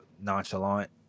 nonchalant